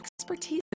expertise